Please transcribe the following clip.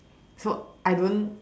so I don't